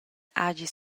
hagi